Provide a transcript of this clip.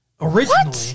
originally